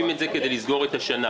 לסגור את השנה.